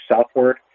southward